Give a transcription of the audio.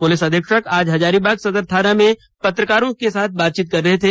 police अधीक्षक आज हजारीबाग सदर थाना में पत्रकारों के साथ बातचीत कर रहे थे